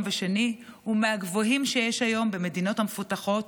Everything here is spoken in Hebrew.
ושני הוא מהגבוהים שיש היום במדינות המפותחות,